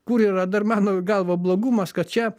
kur yra dar mano galva blogumas kad čia